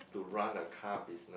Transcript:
to run a car business